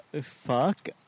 Fuck